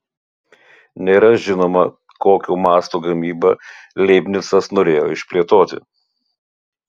nėra žinoma kokio masto gamybą leibnicas norėjo išplėtoti